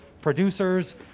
producers